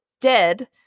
dead